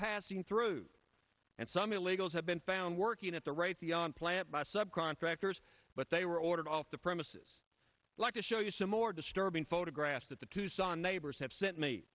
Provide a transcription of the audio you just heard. passing through and some illegals have been found working at the right the on plant by sub contractors but they were ordered off the premises i like to show you some more disturbing photographs that the tucson neighbors have sent me